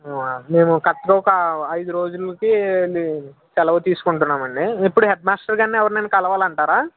మేము కరెక్ట్గా ఒక ఐదు రోజులకి మేము సెలవు తీసుకుంటున్నామండి ఇప్పుడు హెడ్మాస్టర్ని కానీ ఎవరినైనా కలవాలంటారా